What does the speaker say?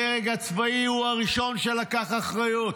הדרג הצבאי הוא הראשון שלקח אחריות.